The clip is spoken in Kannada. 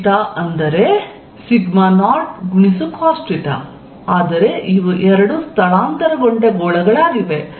0cosθ ಆದರೆ ಇವು ಎರಡು ಸ್ಥಳಾಂತರಗೊಂಡ ಗೋಳಗಳಾಗಿವೆ